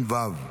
50 ו'.